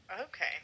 Okay